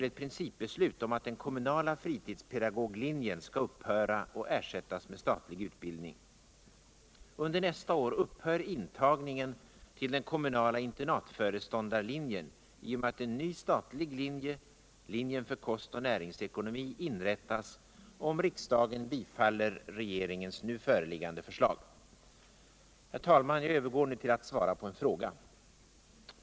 ett principbeslut om att den kommunala fritidspedagoglinjen skall upphöra och ersättas med statlig utbildning. Gnder nästa år upphör imagningen till den kommunala internatföreståndarlinjen i och med att en ny statlig linje, linjen för kost och näringsekonomi, inrättas, om riksdagen bifaller regeringens nu föreliggande förslag. Herr talman! Jag övergår nu tull att svara på en fråga.